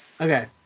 Okay